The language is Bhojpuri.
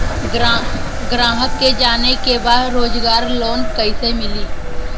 ग्राहक के जाने के बा रोजगार लोन कईसे मिली?